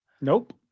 nope